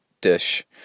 dish